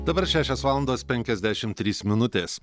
dabar šešios valandos penkiasdešim trys minutės